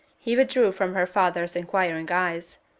he withdrew from her father's inquiring eyes.